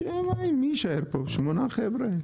שר האוצר לא אחראי רק על המחירים בישראל,